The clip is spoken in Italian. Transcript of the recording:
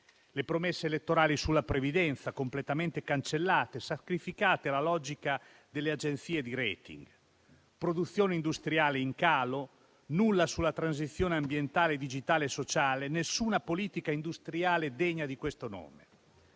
Le promesse elettorali sulla previdenza sono state completamente cancellate, sacrificate alla logica delle agenzie di *rating*. La produzione industriale è in calo, non c'è nulla sulla transizione ambientale, digitale e sociale; non c'è nessuna politica industriale degna di questo nome.